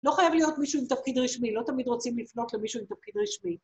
לא חייב להיות מישהו עם תפקיד רשמי, לא תמיד רוצים לפנות למישהו עם תפקיד רשמי.